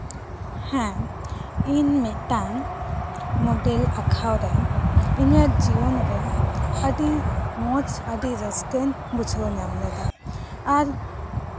ᱦᱮᱸ ᱤᱧ ᱢᱤᱫᱴᱟᱝ ᱢᱚᱰᱮᱞ ᱟᱸᱠᱟᱣ ᱨᱮ ᱤᱧᱟᱹᱜ ᱡᱤᱭᱚᱱᱨᱮ ᱟᱹᱰᱤ ᱢᱚᱡᱽ ᱟᱹᱰᱤ ᱨᱟᱹᱥᱠᱟᱹᱧ ᱵᱩᱡᱷᱟᱹᱣ ᱧᱟᱢ ᱞᱮᱫᱟ ᱟᱨ